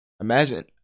imagine